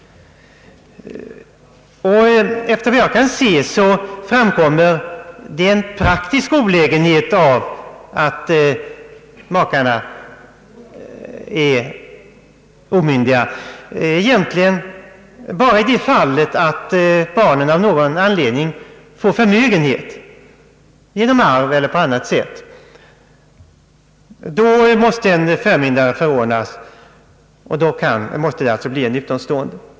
Efter vad jag kan se framträder den praktiska olägenheten av att makarna är omyndiga egentligen främst i det fallet att barnet får förmögenhet genom arv eller på annat sätt. Då måste en förmyndare förordnas, och det måste alltså bli en utomstående.